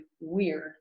weird